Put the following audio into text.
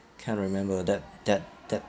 can't remember that that that